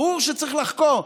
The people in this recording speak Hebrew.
ברור שצריך לחקור.